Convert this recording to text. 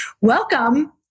welcome